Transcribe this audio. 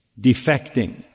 defecting